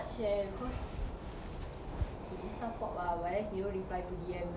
oh then kau tak plan nak jumpa dia lagi ke